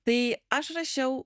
tai aš rašiau